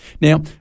Now